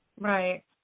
Right